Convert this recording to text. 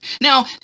now